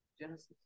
Genesis